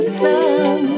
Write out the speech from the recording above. sun